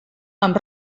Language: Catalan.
amb